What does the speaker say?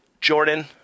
Jordan